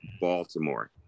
Baltimore